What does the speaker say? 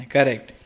Correct